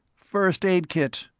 first aid kit.